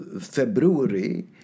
February